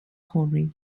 cory